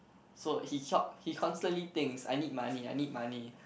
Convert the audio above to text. so he cured he constantly thinks I need money I need money